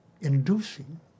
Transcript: inducing